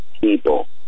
people